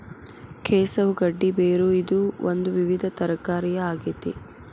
ಕೆಸವು ಗಡ್ಡಿ ಬೇರು ಇದು ಒಂದು ವಿವಿಧ ತರಕಾರಿಯ ಆಗೇತಿ